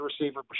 receiver